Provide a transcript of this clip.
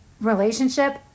relationship